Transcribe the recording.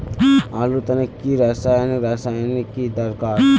आलूर तने की रासायनिक रासायनिक की दरकार?